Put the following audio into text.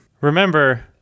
remember